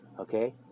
Okay